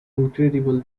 incredible